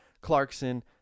Clarkson